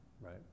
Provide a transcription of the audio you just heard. right